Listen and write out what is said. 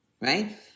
Right